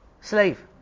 slave